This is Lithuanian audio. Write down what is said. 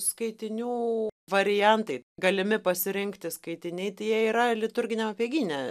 skaitinių variantai galimi pasirinkti skaitiniai tie yra liturginiam apeigyne